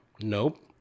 Nope